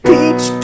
Peach